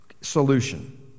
solution